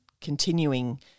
continuing